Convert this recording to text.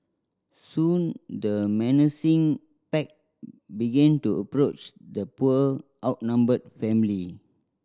soon the menacing pack began to approach the poor outnumbered family